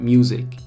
Music